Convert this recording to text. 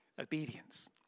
obedience